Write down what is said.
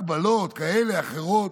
הגבלות כאלה, אחרות.